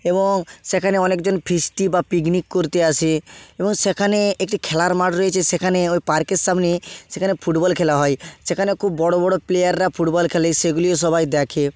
এবং সেখানে অনেক জন ফিস্ট বা পিকনিক করতে আসে এবং সেখানে একটি খেলার মাট রয়েছে সেখানে ওই পার্কের সামনে সেখানে ফুটবল খেলা হয় সেখানে খুব বড়ো বড়ো প্লেয়াররা ফুটবল খেলে সেগুলিও সবাই দেখে